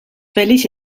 felix